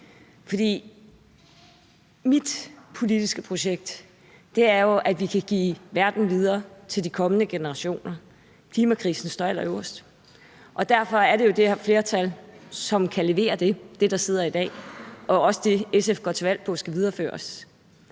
mit politiske projekt er jo, at vi kan give en verden videre til de kommende generationer. Klimakrisen står allerøverst, og det er det flertal, der sidder i dag, som kan levere det, og det er også det, SF går til valg på skal videreføres.